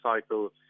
cycle